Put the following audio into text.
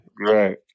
Right